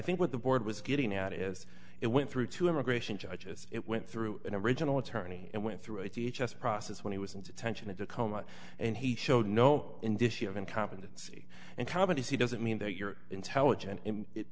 think what the board was getting at is it went through two immigration judges it went through an original attorney and went through a teach us process when he was in detention into a coma and he showed no indicia of incompetency and comedy's he doesn't mean that you're intelligent it